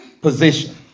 position